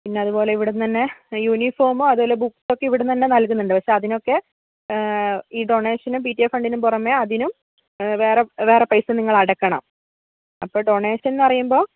പിന്നെ അതുപോലെ ഇവിടുന്ന് തന്നെ യൂണിഫോം അതുപോലെ ബുക്ക് ഒക്കെ ഇവിടുന്ന് തന്നെ നൽകുന്നുണ്ട് പക്ഷേ അതിനൊക്കെ ഈ ഡൊണേഷനും പി ടി എ ഫണ്ടിന് പുറമെ അതിനും വേറെ പൈസ നിങ്ങൾ അടയ്ക്കണം അപ്പോൾ ഡൊണേഷൻ എന്ന് പറയുമ്പോൾ